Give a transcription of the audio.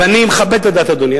ואני מכבד את הדת, אדוני.